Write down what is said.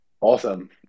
Awesome